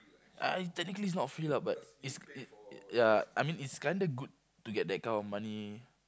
uh technically it's not free lah but it's it it ya I mean it's kind of good to get that kind of money